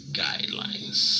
guidelines